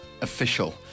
official